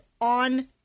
on